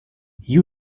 you